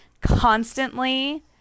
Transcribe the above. constantly